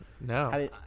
No